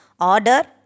order